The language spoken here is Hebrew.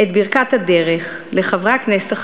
את ברכת הדרך לחברי הכנסת החדשים,